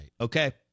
Okay